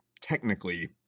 technically